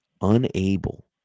Unable